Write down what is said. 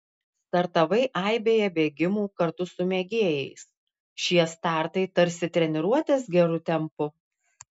startavai aibėje bėgimų kartu su mėgėjais šie startai tarsi treniruotės geru tempu